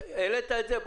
העלית את זה,